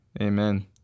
Amen